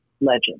legend